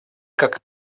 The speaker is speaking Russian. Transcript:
как